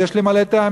אז יש לי מלא טעמים,